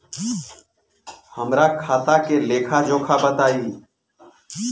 हमरा खाता के लेखा जोखा बताई?